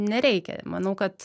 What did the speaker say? nereikia manau kad